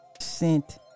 sent